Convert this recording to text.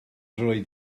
roedd